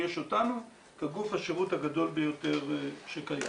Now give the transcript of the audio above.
ויש אותנו כגוף השירות הגדול ביותר שקיים.